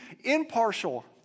impartial